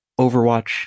Overwatch